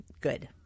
good